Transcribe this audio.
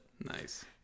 nice